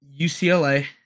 UCLA